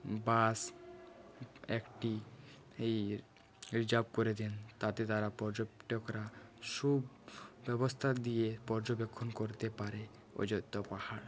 বাস একটি এই রিজার্ভ করে দেন তাতে তারা পর্যটকরা সুব্যবস্থা দিয়ে পর্যবেক্ষন করতে পারে অযোধ্যা পাহাড়